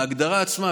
ההגדרה עצמה,